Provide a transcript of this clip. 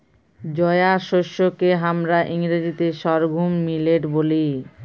জয়ার শস্যকে হামরা ইংরাজিতে সর্ঘুম মিলেট ব্যলি